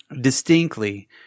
distinctly